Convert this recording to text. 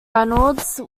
reynolds